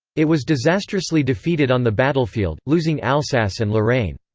it was disastrously defeated on the battlefield, losing alsace and lorraine.